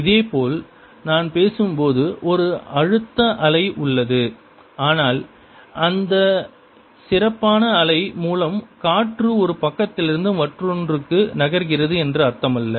இதேபோல் நான் பேசும்போது ஒரு அழுத்த அலை உள்ளது ஆனால் இந்த சிறப்பான அலை மூலம் காற்று ஒரு பக்கத்திலிருந்து மற்றொன்றுக்கு நகர்கிறது என்று அர்த்தமல்ல